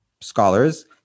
scholars